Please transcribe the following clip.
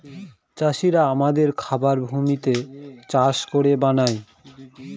চাষিরা আমাদের খাবার ভূমিতে চাষ করে বানায়